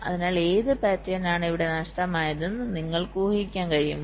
അതിനാൽ ഏത് പാറ്റേണാണ് ഇവിടെ നഷ്ടമായതെന്ന് നിങ്ങൾക്ക് ഊഹിക്കാൻ കഴിയുമോ